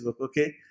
okay